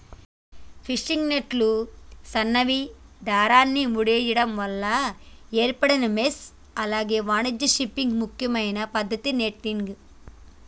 fishing నెట్లు సన్నని దారాన్ని ముడేయడం వల్ల ఏర్పడిన మెష్లు అలాగే వాణిజ్య ఫిషింగ్ ముఖ్యమైన పద్దతి నెట్టింగ్